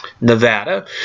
Nevada